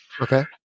Okay